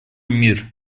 мир